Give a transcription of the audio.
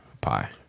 pie